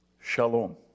shalom